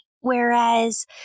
Whereas